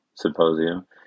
symposium